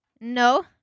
No